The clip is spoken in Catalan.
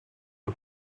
del